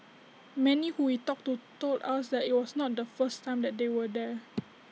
many who we talked to told us that IT was not the first time that they were there